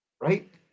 Right